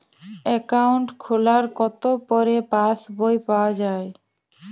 Account খোলার কতো পরে পাস বই পাওয়া য়ায়?